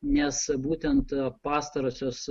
nes būtent pastarosios